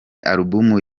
alubumu